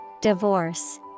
Divorce